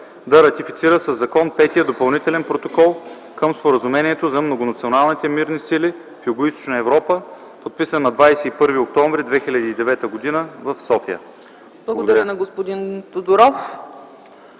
да ратифицира със закон Петия допълнителен протокол към Споразумението за Многонационалните мирни сили в Югоизточна Европа, подписан на 21 октомври 2009 г. в София”. Благодаря. ПРЕДСЕДАТЕЛ